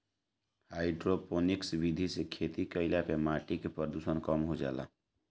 hydroponics विधि से खेती कईला पे माटी के प्रदूषण कम हो जाला